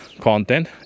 content